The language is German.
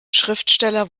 schriftsteller